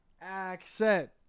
accent